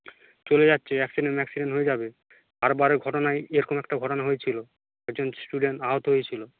চলে যাচ্ছে অ্যাক্সিডেন্ট ম্যাক্সিডেন্ট হয়ে যাবে আরবারেও ঘটনায় এরকম একটা ঘটনা হয়েছিল একজন স্টুডেন্ট আহত হয়েছিল